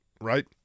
Right